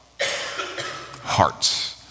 hearts